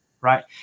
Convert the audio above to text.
right